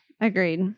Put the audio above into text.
Agreed